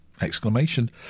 exclamation